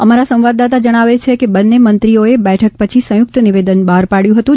અમારા સંવાદદાતા જણાવે છે કે બંને મંત્રીઓએ બેઠક પછી સંયુક્ત નિવેદન બહાર પાડ્યું હતું